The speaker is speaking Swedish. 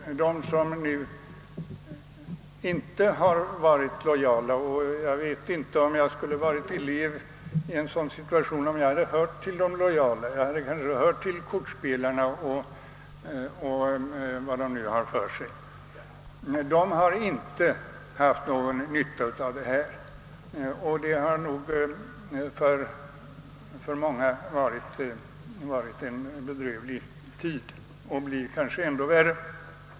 De som nu inte varit lojala har inte haft någon nytta härav. Jag vet inte om jag som elev i en sådan situation hade hört till de 1ojala, jag kanske hade spelat kort eller vad de nu har för sig. För många har det nog varit en bedrövlig tid och det blir kanske ännu värre.